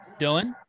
Dylan